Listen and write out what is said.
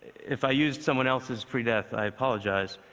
if i used someone else's pre-death, i apologize,